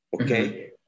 okay